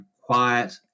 quiet